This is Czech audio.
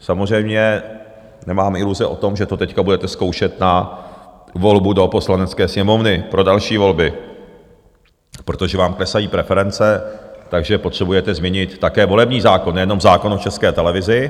Samozřejmě nemám iluze o tom, že to teď budete zkoušet na volbu do Poslanecké sněmovny pro další volby, protože vám klesají preference, takže potřebujete změnit také volební zákon, nejenom zákon o České televizi.